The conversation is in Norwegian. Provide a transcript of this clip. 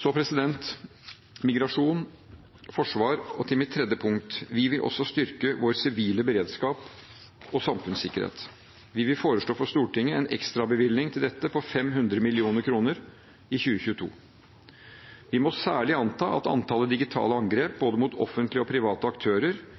Fra migrasjon og forsvar går jeg over til mitt tredje punkt: Vi vil også styrke vår sivile beredskap og samfunnssikkerhet. Vi vil foreslå for Stortinget en ekstrabevilgning til dette på 500 mill. kr i 2022. Vi må særlig anta at antallet digitale angrep både mot offentlige og private aktører